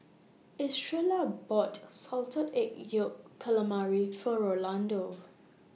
Estrella bought Salted Egg Yolk Calamari For Rolando